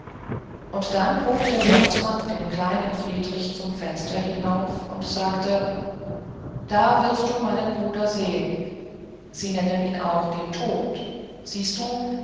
und dann hob der sandmann den kleinen friedrich zum fenster hinauf und sagte da wirst du meinen bruder sehen sie nennen ihn auch den tod siehst du